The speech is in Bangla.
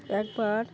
একবার